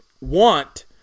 want